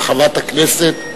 ברחבת הכנסת,